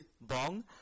Bong